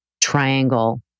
triangle